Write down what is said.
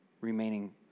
Remaining